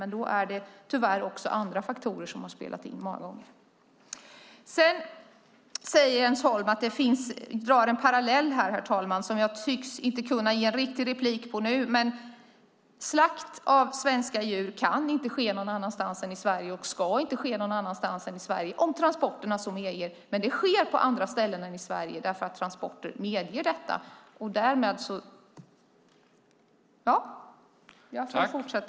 Men då är det tyvärr också andra faktorer som många gånger spelat in. Jens Holm drar här en parallell som jag inte nu tycks kunna ge en riktig replik på. Slakt av svenska djur kan inte ske någon annanstans än i Sverige och ska inte ske någon annanstans än i Sverige om transporterna så medger. Men slakt sker på andra ställen i Sverige därför att transporter medger det.